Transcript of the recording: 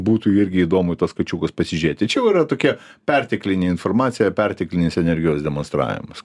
būtų irgi įdomu į tuos kačiukus pasižiūrėti čia yra tokia perteklinė informacija perteklinės energijos demonstravimas